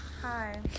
Hi